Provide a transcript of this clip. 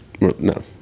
no